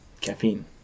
Caffeine